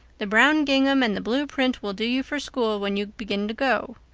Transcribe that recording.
the brown gingham and the blue print will do you for school when you begin to go.